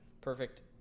Perfect